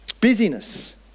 Busyness